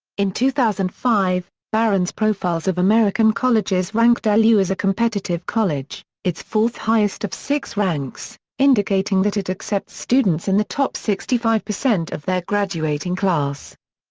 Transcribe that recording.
in two thousand and five, barron's profiles of american colleges ranked lu as a competitive college, its fourth-highest of six ranks, indicating that it accepts students in the top sixty five percent of their graduating class.